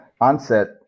onset